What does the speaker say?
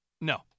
No